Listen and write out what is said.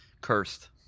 cursed